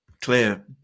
clear